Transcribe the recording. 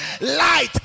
Light